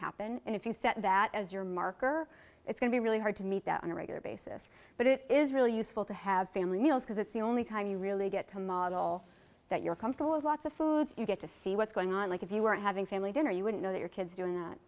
happen and if you set that as your marker it's going to be really hard to meet that on a regular basis but it is really useful to have family meals because it's the only time you really get to model that you're comfortable with lots of food you get to see what's going on like if you were having family dinner you wouldn't know your kids doing that